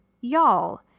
y'all